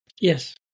yes